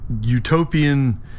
utopian